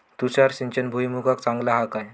तुषार सिंचन भुईमुगाक चांगला हा काय?